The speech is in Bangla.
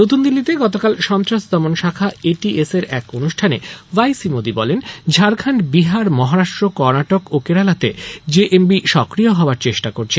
নতুন দিল্লিতে গতকাল সন্ত্রাস দমন শাখা এ টি এস এর এক অনুষ্ঠানে ওয়াই সি মোদী বলেন ঝাড়খন্ড বিহার মহারাষ্ট্র কর্ণাটক ও কেরালাতে জে এম বি সক্রিয় হবার চেষ্টা করছে